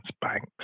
banks